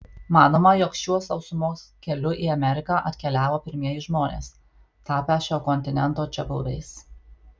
manoma jog šiuo sausumos keliu į ameriką atkeliavo pirmieji žmonės tapę šio kontinento čiabuviais